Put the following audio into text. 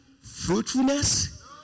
fruitfulness